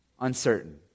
uncertain